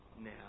now